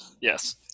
Yes